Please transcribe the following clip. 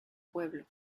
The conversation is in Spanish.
pueblo